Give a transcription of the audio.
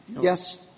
Yes